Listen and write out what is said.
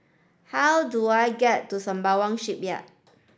how do I get to Sembawang Shipyard